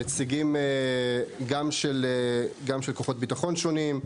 נציגים גם של כוחות ביטחון שונים,